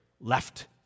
left